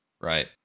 right